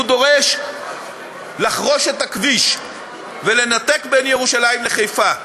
הוא דורש לחרוש את הכביש ולנתק את ירושלים וחיפה,